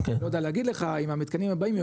לא יודע להגיד לך אם המתקנים הבאים יהיו